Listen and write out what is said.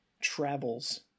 travels